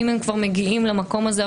ואם הם כבר מגיעים למקום הזה,